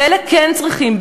ואלה כן צריכים.